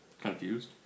Confused